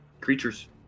creatures